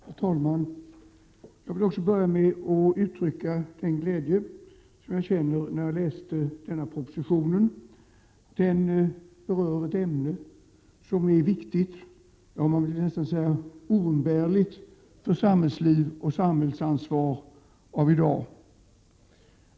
Herr talman! Jag vill också börja med att uttrycka den glädje som jag kände när jag läste propositionen. Den berör ett ämne som är viktigt, jag skulle nästan vilja säga oumbärligt, för samhällsliv och samhällsansvar av i dag.